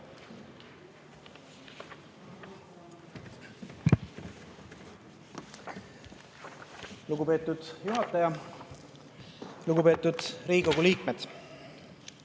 Lugupeetud juhataja! Lugupeetud Riigikogu liikmed!